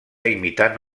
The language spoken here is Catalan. imitant